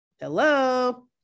hello